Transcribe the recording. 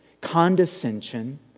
condescension